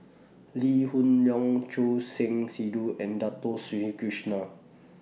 Lee Hoon Leong Choor Singh Sidhu and Dato Sri Krishna